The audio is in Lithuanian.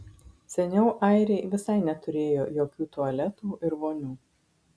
seniau airiai visai neturėjo jokių tualetų ir vonių